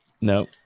No